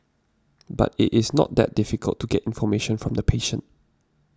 but it is not that difficult to get information from the patient